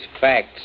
facts